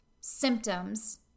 symptoms